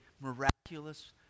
miraculous